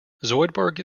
zoidberg